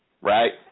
right